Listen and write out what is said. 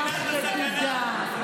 הגישה הרדודה כל כך, כל כך רדודה.